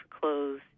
clothes